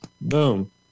Boom